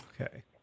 Okay